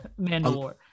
Mandalore